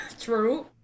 True